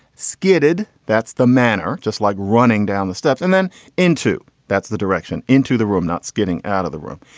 skidded. that's the manner. just like running down the steps and then into that's the direction into the room. not getting out of the room.